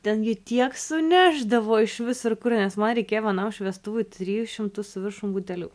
ten jie tiek sunešdavo iš visur kur nes man reikėjo vienam šviestuvui trijų šimtų su viršum butelių